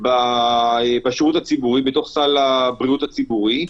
בשירות הציבורי, בסל הבריאות הציבורית,